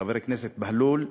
חבר הכנסת בהלול,